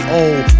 old